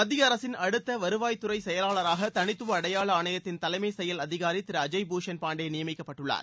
மத்திய அரசின் அடுத்த வருவாய் துறை செயலாளராக தனித்துவ அடையாள ஆணையத்தின் தலைமை செயல் அதிகாரி திரு அஜய் பூஷன் பாண்டே நியமிக்கப்பட்டுள்ளார்